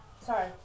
Sorry